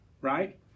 right